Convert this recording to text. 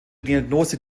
diagnose